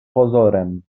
pozorem